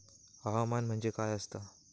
हवामान म्हणजे काय असता?